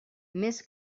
més